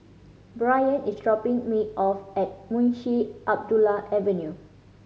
Bryan is dropping me off at Munshi Abdullah Avenue